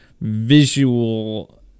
visual